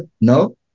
no